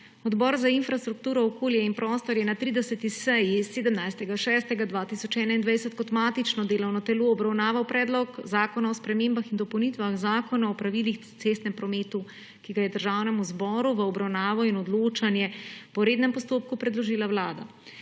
Odbor za infrastrukturo, okolje in prostor je na 30. seji 17. junija 2021 kot matično delovno telo obravnaval Predlog zakona o spremembah in dopolnitvah Zakona o pravilih v cestnem prometu, ki ga je Državnemu zboru v obravnavo in odločanje po rednem postopku predložila Vlada.